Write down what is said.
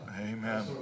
Amen